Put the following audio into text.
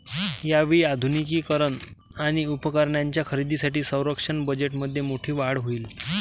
यावेळी आधुनिकीकरण आणि उपकरणांच्या खरेदीसाठी संरक्षण बजेटमध्ये मोठी वाढ होईल